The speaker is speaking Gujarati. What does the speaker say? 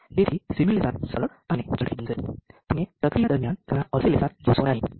જેથી સિમ્યુલેશન સરળ અને ઝડપી બનશે તમે પ્રક્રિયા દરમિયાન ઘણાં ઓસિલેશન જોશો નહીં